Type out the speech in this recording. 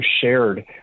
shared